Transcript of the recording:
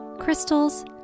crystals